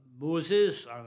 Moses